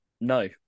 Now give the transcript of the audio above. No